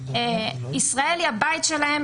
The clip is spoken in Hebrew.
ישראל היא הבית שלהם,